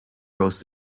rose